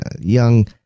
young